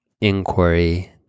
inquiry